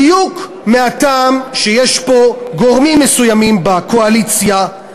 בדיוק מהטעם שיש פה גורמים מסוימים בקואליציה,